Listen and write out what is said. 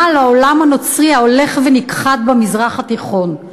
על העולם הנוצרי ההולך ונכחד במזרח התיכון.